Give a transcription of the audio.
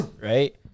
right